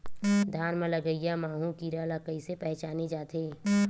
धान म लगईया माहु कीरा ल कइसे पहचाने जाथे?